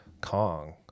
Kong